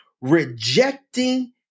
rejecting